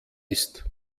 ist